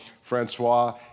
Francois